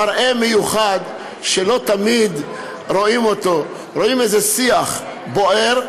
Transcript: מראה מיוחד שלא תמיד רואים: רואים איזה שיח בוער,